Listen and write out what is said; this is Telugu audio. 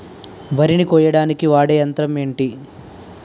వరి ని కోయడానికి వాడే యంత్రం ఏంటి?